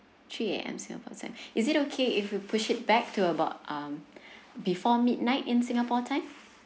three A_M singapore time is it okay if you push it back to about um before midnight in singapore time